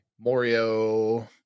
Morio